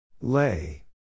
Lay